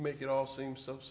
you make it all seem so